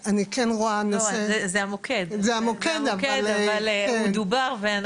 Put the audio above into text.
לא, זה המוקד, אבל הוא דובר.